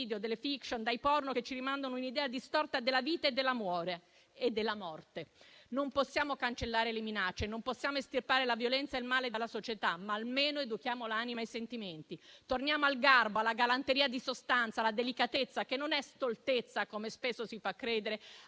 delle *fiction*, dei porno che ci rimandano un'idea distorta della vita, dell'amore e della morte. Non possiamo cancellare le minacce, non possiamo estirpare la violenza e il male dalla società: ma almeno educhiamo l'anima ai sentimenti! Torniamo al garbo, alla galanteria di sostanza, alla delicatezza, che non è stoltezza come spesso si fa credere